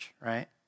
right